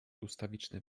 ustawiczne